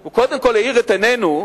הוא קודם כול האיר את עינינו,